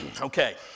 Okay